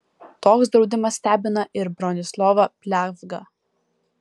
toks draudimas stebina ir bronislovą pliavgą